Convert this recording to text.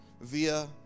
via